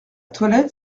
toilette